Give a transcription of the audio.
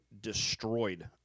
destroyed